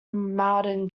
martin